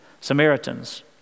Samaritans